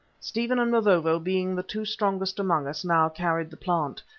stephen and mavovo, being the two strongest among us, now carried the plant,